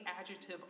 adjective